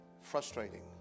frustrating